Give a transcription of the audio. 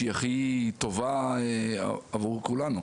שהיא הכי טובה עבור כולנו,